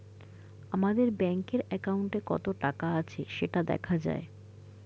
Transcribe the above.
আমাদের ব্যাঙ্কের অ্যাকাউন্টে কত টাকা আছে সেটা দেখা যায়